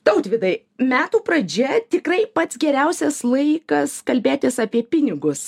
tautvydai metų pradžia tikrai pats geriausias laikas kalbėtis apie pinigus